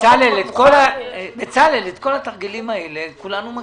בצלאל, את כל התרגילים האלה אנחנו מכירים.